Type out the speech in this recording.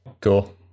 cool